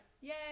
Yay